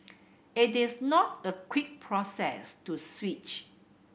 it is not a quick process to switch